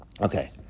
Okay